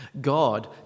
God